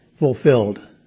Fulfilled